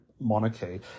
monarchy